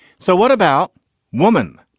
so what about woman.